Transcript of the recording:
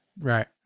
Right